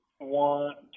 want